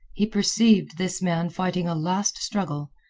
he perceived this man fighting a last struggle,